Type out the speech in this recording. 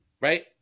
right